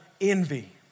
envy